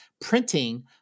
printing